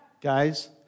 guys